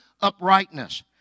uprightness